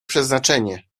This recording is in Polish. przeznaczenie